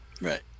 Right